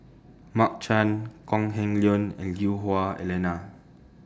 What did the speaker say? Mark Chan Kok Heng Leun and Lui Hah Wah Elena